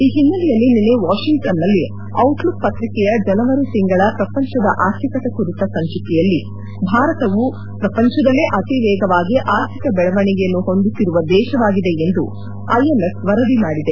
ಈ ಪಿನ್ನೆಲೆಯಲ್ಲಿ ನಿನ್ನೆ ವಾಷಿಂಗ್ಟನ್ನಲ್ಲಿ ಔಟ್ಲುಕ್ ಪತ್ರಿಕೆಯ ಜನವರಿ ತಿಂಗಳ ಪ್ರಪಂಚದ ಆರ್ಥಿಕತೆ ಕುರಿತ ಸಂಚಿಕೆಯಲ್ಲಿ ಭಾರತವು ಪ್ರಪಂಚದಲ್ಲೇ ಅತಿ ವೇಗವಾಗಿ ಆರ್ಥಿಕ ಬೆಳವಣಿಗೆಯನ್ನು ಹೊಂದುತ್ತಿರುವ ದೇಶವಾಗಿದೆ ಎಂದು ಐಎಂಎಫ್ ವರದಿ ಮಾಡಿದೆ